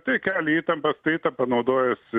tai kelia įtampą taip tą panaudojus